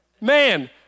Man